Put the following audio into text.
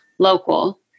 local